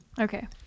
okay